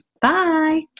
Bye